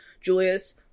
Julius